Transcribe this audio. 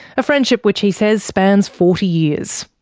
a friendship which he says spans forty years.